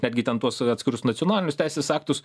netgi ten tuos atskirus nacionalinius teisės aktus